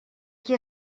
qui